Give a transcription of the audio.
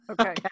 Okay